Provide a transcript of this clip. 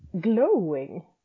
glowing